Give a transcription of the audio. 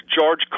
George